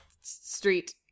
Street